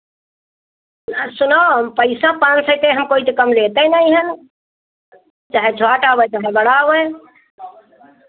और सुनो पैसा पाँच सौ ते हम कोई तो कम लेते नहीं हैं चाहे छोट आवै चाहे बड़ा आवै